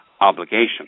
obligation